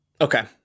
Okay